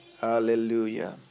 Hallelujah